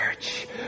church